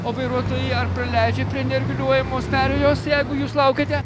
o vairuotojai ar praleidžia prie nereguliuojamos perėjos jeigu jūs laukiate